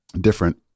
different